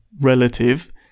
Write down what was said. relative